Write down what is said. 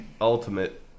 Ultimate